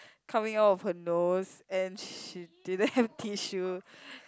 coming out of her nose and she didn't have tissue